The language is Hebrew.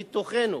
מתוכנו,